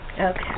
Okay